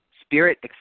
Spirit